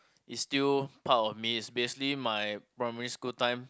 is still part of me is basically my primary school time